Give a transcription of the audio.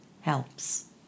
helps